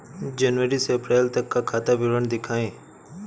जनवरी से अप्रैल तक का खाता विवरण दिखाए?